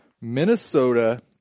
Minnesota